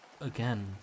Again